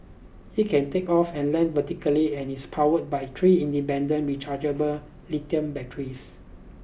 it can take off and land vertically and is powered by three independent rechargeable lithium batteries